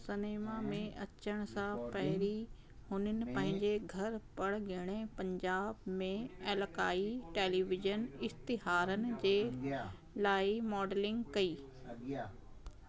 cinema में अचण सां पहिरीं हुननि पंहिंजे घरु परॻिणे पंजाब में इलाक़ाई टेलीविजन इश्तहारनि जे लाइ मॉडलिंग कई